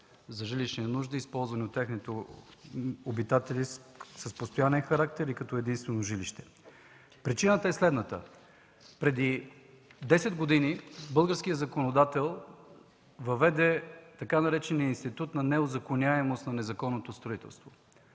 за жилищни нужди, използвани от техните обитатели с постоянен характер и като единствено жилище? Причината е следната. Преди десет години българският законодател въведе така наречения „Институт на неузаконяемост на незаконното строителство”.